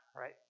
right